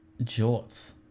jorts